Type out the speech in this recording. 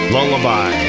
Lullaby